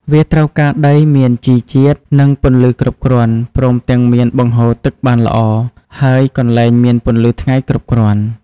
វាត្រូវការដីមានជីជាតិ និងពន្លឺគ្រប់គ្រាន់ ព្រមទាំងមានបង្ហូរទឹកបានល្អ ហើយកន្លែងមានពន្លឺថ្ងៃគ្រប់គ្រាន់។